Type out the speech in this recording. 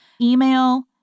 email